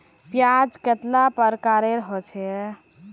ब्याज कतेला प्रकारेर होचे?